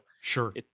sure